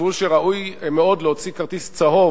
חשבו שראוי מאוד להוציא "כרטיס צהוב"